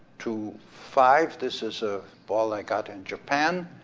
two, five, this is a ball i got in japan.